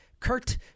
Kurt